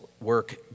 work